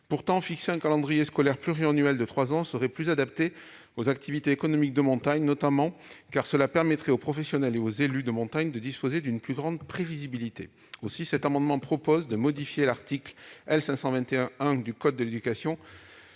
Pourtant, un calendrier scolaire pluriannuel de trois ans serait plus adapté aux activités économiques de montagne notamment, car il permettrait aux professionnels et aux élus de montagne de disposer d'une plus grande prévisibilité. Aussi, cet amendement tend à modifier l'article L. 521-1 du code de l'éducation,